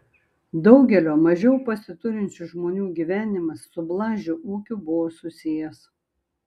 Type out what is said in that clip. daugelio mažiau pasiturinčių žmonių gyvenimas su blažio ūkiu buvo susijęs